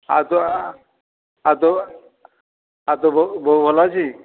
ଆଉ ଆଉ ତୋ ବୋଉ ତୋ ବୋଉ ଭଲ ଅଛି